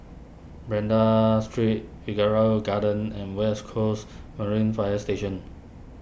Banda Street Figaro Gardens and West Coast Marine Fire Station